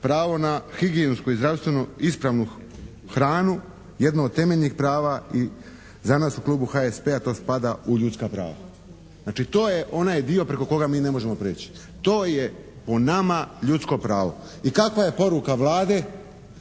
pravo na higijensku i zdravstveno ispravnu hranu jedno od temeljnih prava. I za nas u klubu HSP-a to spada u ljudska prava. Znači to je onaj dio preko kojeg mi ne možemo prijeći. To je po nama ljudsko pravo. I kakva je poruka Vlade?